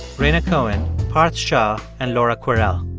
rhaina cohen, parth shah and laura kwerel.